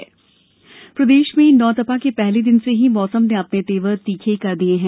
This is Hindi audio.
मौसम प्रदेश में नौ तपा के पहले दिन से ही मौसम ने अपने तेवर तीखे कर दिए है